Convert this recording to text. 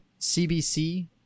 CBC